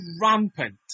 rampant